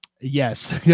Yes